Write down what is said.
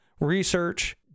Research